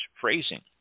phrasing